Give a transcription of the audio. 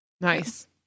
Nice